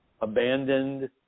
abandoned